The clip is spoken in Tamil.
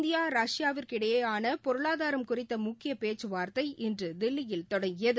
இந்தியா ரஷ்யாவிற்கிடையிலானபொருளாதாரம் குறித்தமுக்கியப் பேச்சுவார்தை இன்றுதில்லியில் தொடங்கியது